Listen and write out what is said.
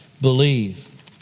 believe